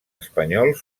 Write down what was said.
espanyol